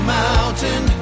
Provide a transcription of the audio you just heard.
mountain